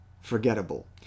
forgettable